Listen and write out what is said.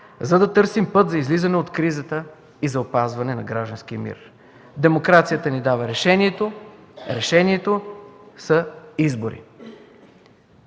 за да търсим път за излизане от кризата и за опазване на гражданския мир. Демокрацията ни дава решението, а решението са изборите.